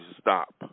stop